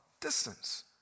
distance